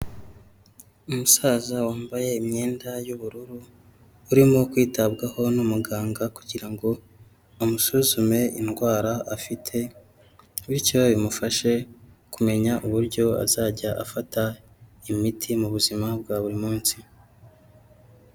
Umusaza wambaye imyenda y'ubururu, urimo kwitabwaho n'umuganga kugirango amusuzume indwara afite bityo bimufashe kumenya uburyo azajya afata imiti mu buzima bwa buri munsi.